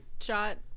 shot